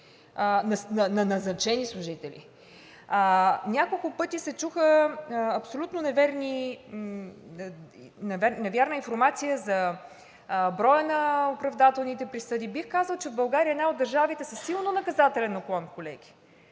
Няколко пъти се чу абсолютно невярна информация за броя на оправдателните присъди. Бих казала, че България е една от държавите със силно наказателен уклон, колеги.